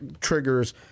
triggers